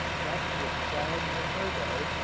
decked with flags in her day,